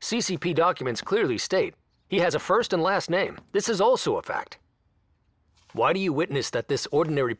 c c p documents clearly state he has a first and last name this is also a fact why do you witness that this ordinary